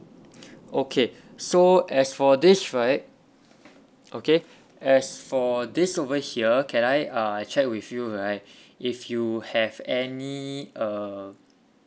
okay so as for this right okay as for this over here can I uh check with you right if you have any uh